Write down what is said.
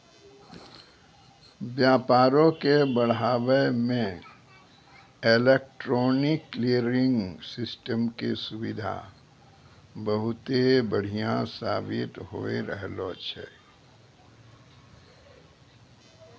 व्यापारो के बढ़ाबै मे इलेक्ट्रॉनिक क्लियरिंग सिस्टम के सुविधा बहुते बढ़िया साबित होय रहलो छै